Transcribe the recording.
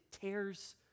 tears